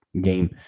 game